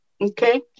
Okay